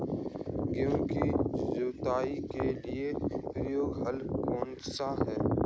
गेहूँ की जुताई के लिए प्रयुक्त हल कौनसा है?